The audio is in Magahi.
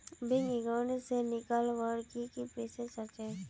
बैंक अकाउंट से पैसा निकालवर की की प्रोसेस होचे?